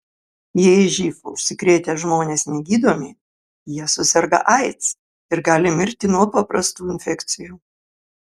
jei živ užsikrėtę žmonės negydomi jie suserga aids ir gali mirti nuo paprastų infekcijų